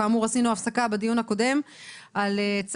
היום ה-7 במרץ 2022, ד' באדר ב' התשפ"ב,